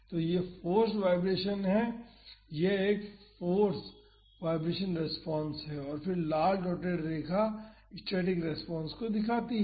तो यह forced vibration है यह एक फाॅर्स वाईब्रेशन रेस्पॉन्स है और फिर लाल डॉटेड रेखा स्टैटिक रेस्पॉन्स को दिखाती है